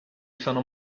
sono